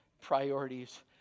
priorities